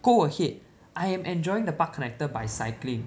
go ahead I am enjoying the park connector by cycling